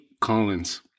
Collins